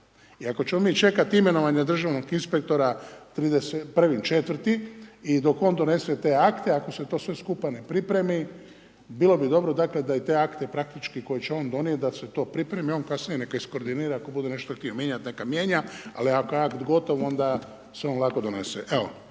I ako ćemo mi čekati imenovanja državnog inspektora s .../Govornik se ne razumije./... 4. i dok on donese te akte, ako se to sve skupa ne pripremi, bilo bi dobro dakle da i te akte koje će on donijeti da se to pripremi, a on kasnije neka iskordinira ako bude nešto htio mijenjati neka mijenja ali ako je akt gotov onda se on lako donese.